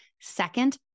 Second